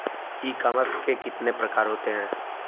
ई commerce के कितने प्रकार होते हैं?